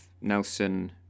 Nelson